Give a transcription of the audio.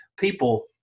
people